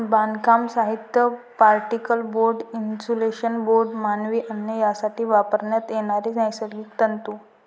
बांधकाम साहित्य, particle board, insulation board, मानवी अन्न यासाठी वापरण्यात येणारे नैसर्गिक तंतू